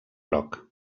groc